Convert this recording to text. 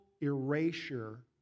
erasure